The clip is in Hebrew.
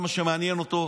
זה מה שמעניין אותו,